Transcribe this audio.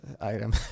item